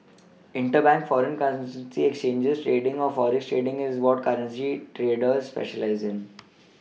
interbank foreign exchange trading or forex trading is what a currency trader specialises in